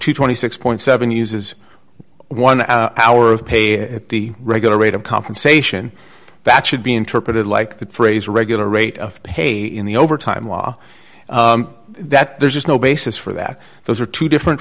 the twenty six dollars uses one hour of pay at the regular rate of compensation that should be interpreted like that phrase regular rate of pay in the overtime law that there's just no basis for that those are two different